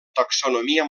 taxonomia